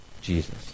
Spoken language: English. Jesus